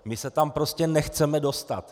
My se tam prostě nechceme dostat.